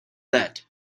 that